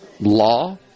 law